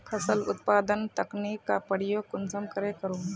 फसल उत्पादन तकनीक का प्रयोग कुंसम करे करूम?